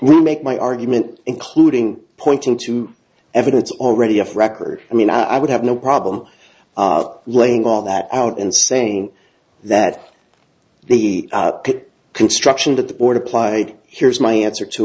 remake my argument including pointing to evidence already of record i mean i would have no problem of laying all that out and saying that the construction that the board applied here's my answer to